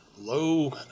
low